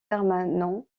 permanent